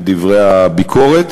את דברי הביקורת,